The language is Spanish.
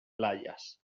playas